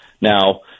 Now